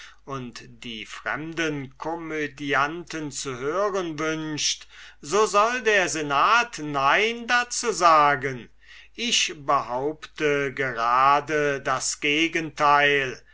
und die fremden komödianten zu hören wünscht so soll der senat nein dazu sagen ich behaupte just das gegenteil